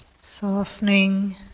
Softening